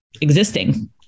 existing